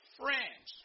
friends